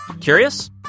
Curious